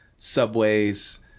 subways